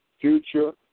future